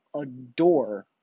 adore